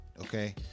okay